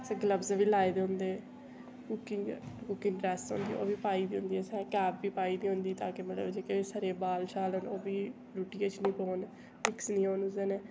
असें गल्बस बी लाए दे होंदे कुकिंग कुकिंग ड्रैस होंदी ओह् बी होंदी पाई दी होंदी असें कैप बी पाई दी होंदी ताकि मतलब जेह्के सिरै दे बाल शाल ने ओह् बी रुट्टियै च नी पौन मिक्स नी होन ओह्दे न